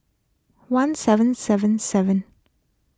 one seven seven seven